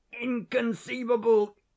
inconceivable